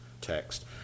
text